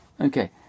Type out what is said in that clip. Okay